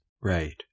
Right